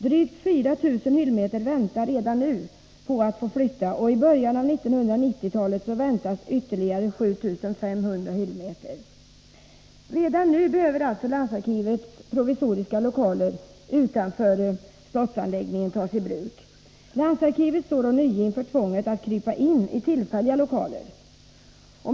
Drygt 4 000 hyllmeter väntar redan nu på att flyttas, och i början av 1990-talet emotses ytterligare 7 500 hyllmeter bli överförda. Redan nu behöver alltså landsarkivets provisoriska lokaler utanför slottsanläggningen och även inom slottet tas i bruk. Landsarkivet står ånyo inför tvånget att krypa in i tillfälliga lokaler.